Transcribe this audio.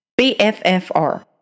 BFFR